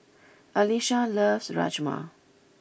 Alysha loves Rajma